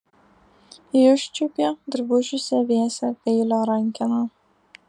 ji užčiuopė drabužiuose vėsią peilio rankeną